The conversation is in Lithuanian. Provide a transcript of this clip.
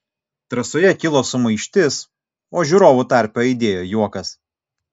trasoje kilo sumaištis o žiūrovų tarpe aidėjo juokas